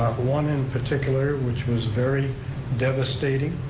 one in particular, which was very devastating,